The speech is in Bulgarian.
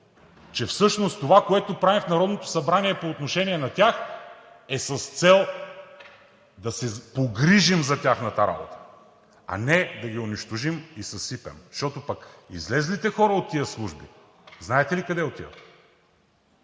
че всъщност това, което правим в Народното събрание по отношение на тях, е с цел да се погрижим за тяхната работа, а не да ги унищожим и съсипем, защото излезлите хора от тези служби знаете ли къде отиват?